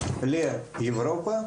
אם היה נניח שמונה שנים,